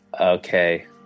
Okay